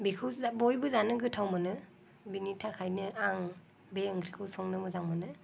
बेखौ बयबो जानो गोथाव मोनो बेनि थाखायनो आं बे ओंख्रिखौ संनो मोजां मोनो